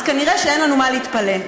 אז כנראה אין לנו מה להתפלא.